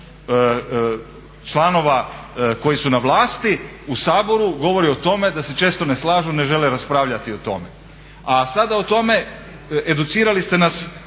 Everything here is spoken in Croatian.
članova koji su na vlasti u Saboru govori o tome da se često ne slažu, ne žele raspravljati o tome. A sada o tome educirali ste nas,